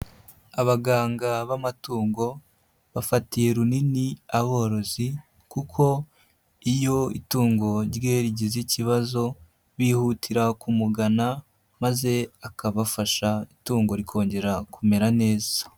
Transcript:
Abaganga b'amatungo, bafatiye runini aborozi kuko iyo itungo rye rigize ikibazo, bihutira kumugana maze akabafasha, itungo rikongera kumera neza.